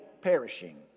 perishing